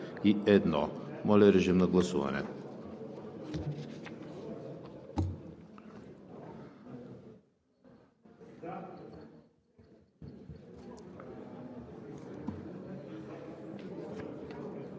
Моля, режим на гласуване.